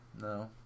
No